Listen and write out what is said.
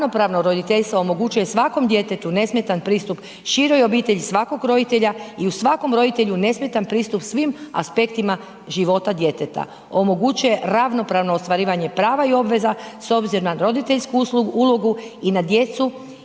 Ravnopravno roditeljstvo omogućuje svakom djetetu nesmetan pristup široj obitelji svakog roditelja i u svakom roditelju nesmetan pristup svim aspektima života djeteta. Omogućuje ravnopravno ostvarivanje prava i obveza s obzirom na roditeljsku ulogu i na djecu